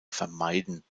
vermeiden